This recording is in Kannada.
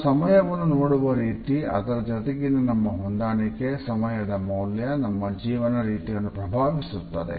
ನಾವು ಸಮಯವನ್ನು ನೋಡುವ ರೀತಿ ಅದರ ಜೊತೆಗಿನ ನಮ್ಮ ಹೊಂದಾಣಿಕೆ ಸಮಯದ ಮೌಲ್ಯ ನಮ್ಮ ಜೀವನ ರೀತಿಯನ್ನು ಪ್ರಭಾವಿಸುತ್ತದೆ